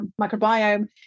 microbiome